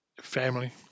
Family